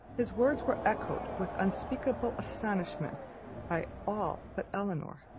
his words were echoed with unspeakable astonishment by all but elinor,